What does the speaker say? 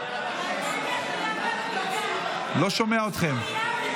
אני לא שומע אתכם.